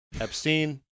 Epstein